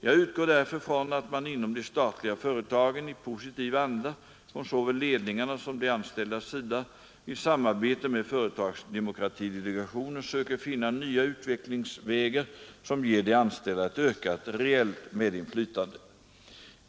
Jag utgår därför från att man inom de statliga företagen i positiv anda från såväl ledningarna som de anställdas sida i samarbete med företagsdemokratidelegationen söker finna nya utvecklingsvägar som ger de anställda ett ökat reellt medinflytande.